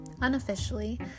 Unofficially